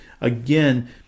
Again